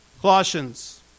Colossians